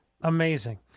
amazing